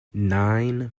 nine